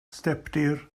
stepdir